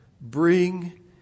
bring